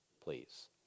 please